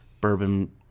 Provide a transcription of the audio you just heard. bourbon